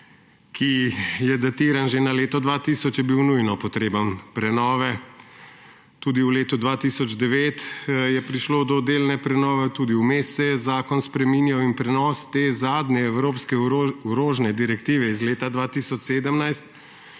ki je datiran že na leto 2000, je bil nujno potreben prenove. Tudi v letu 2009 je prišlo do delne prenove. Tudi vmes se je zakon spreminjal in prenos te zadnje evropske orožne direktive iz leta 2017